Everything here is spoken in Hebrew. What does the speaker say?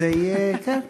זה יהיה, כן,